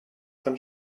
dann